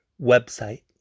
website